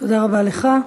תודה רבה לך.